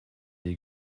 die